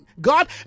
God